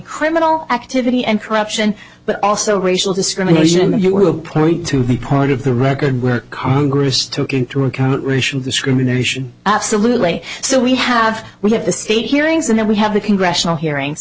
criminal activity and corruption but also racial discrimination that you were employed to be part of the record where congress took into account racial discrimination absolutely so we have we have the state hearings and then we have the congressional hearings